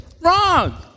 Wrong